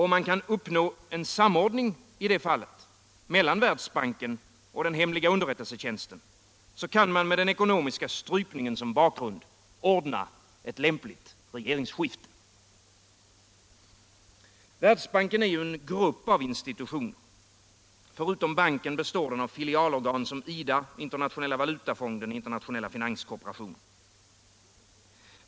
Om man kan uppnå en samordning i det fallet mellan Världsbanken och den hemliga underrättelsetjänsten, så kan man med den ckonomiska strypningen som bakgrund ordna ett lämpligt regeringsskifte. Världsbanken är ju en grupp av institutioner. Förutom banken består den av filialorgan som IDA, internationella valutafonden och internationella finanskorporationen.